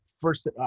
first